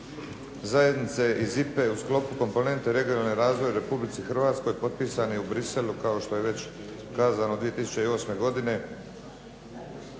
zajednice i iz IPA-e u sklopu komponente regionalni razvoj u Republici Hrvatskoj, potpisan je u Bruxellesu, kao što je već kazano 2008. godine.